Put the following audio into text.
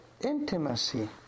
intimacy